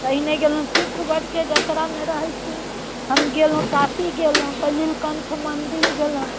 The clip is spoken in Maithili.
पहिने गेलहुँ तीर्थ बर्थके जतरामे रहै छी हम गेलहुँ काशी गेलहुँ तऽ नीलकण्ठ मन्दिर गेलहुँ